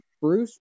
Bruce